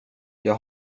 jag